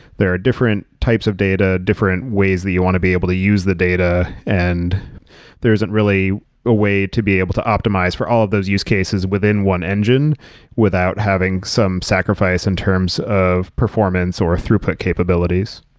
there are different types of data. different ways that you want to be able to use the data, and there isn't really a way to be able to optimize for all of those use cases within one engine without having some sacrifice in terms of performance or throughput capabilities.